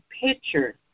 picture